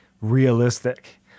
realistic